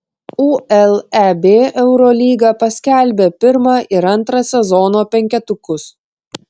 uleb eurolyga paskelbė pirmą ir antrą sezono penketukus